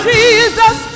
Jesus